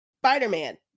spider-man